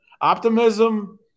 optimism